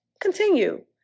continue